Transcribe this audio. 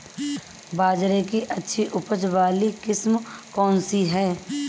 बाजरे की अच्छी उपज वाली किस्म कौनसी है?